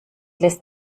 lässt